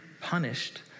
punished